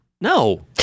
No